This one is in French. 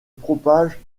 propage